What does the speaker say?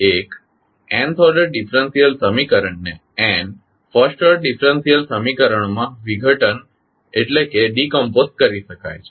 તેથી એક nth order differential સમીકરણને n ફર્સ્ટ ઓર્ડર ડિફરેંશિયલ સમીકરણોમાં વિઘટન કરી શકાય છે